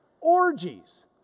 orgies